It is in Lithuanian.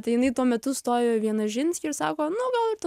tai jinai tuo metu stojo į vienožinskį ir sako nu gal ir tu